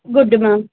good ma'am